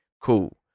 cool